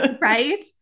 Right